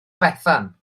bethan